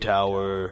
Tower